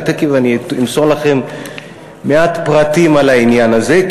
ותכף אני אמסור לכם מעט פרטים על העניין הזה,